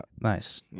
nice